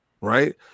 right